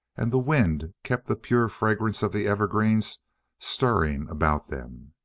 and the wind kept the pure fragrance of the evergreens stirring about them.